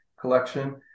collection